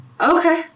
Okay